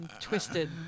Twisted